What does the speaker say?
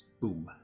Boom